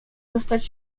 dostać